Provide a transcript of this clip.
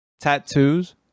Tattoos